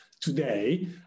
today